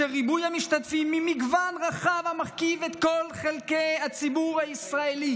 ריבוי המשתתפים ממגוון רחב המרכיב את כל חלקי הציבור הישראלי